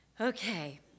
Okay